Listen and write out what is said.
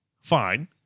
Fine